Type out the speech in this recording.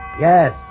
Yes